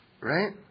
Right